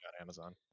Amazon